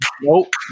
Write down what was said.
nope